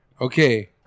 Okay